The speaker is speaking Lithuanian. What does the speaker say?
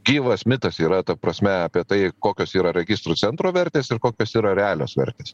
gyvas mitas yra ta prasme apie tai kokios yra registrų centro vertės ir kokios yra realios vertės